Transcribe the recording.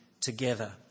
together